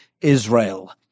Israel